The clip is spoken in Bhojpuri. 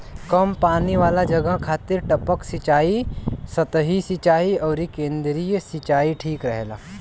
कम पानी वाला जगह खातिर टपक सिंचाई, सतही सिंचाई अउरी केंद्रीय सिंचाई ठीक रहेला